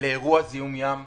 לאירוע זיהום ים בישראל,